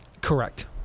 Correct